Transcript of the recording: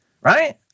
right